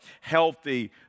healthy